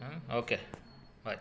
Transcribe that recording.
ಹ್ಞೂ ಓಕೆ ಬಾಯ್